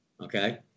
okay